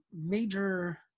major